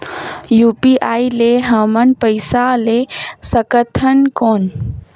UPI ले हमन पइसा ले सकथन कौन?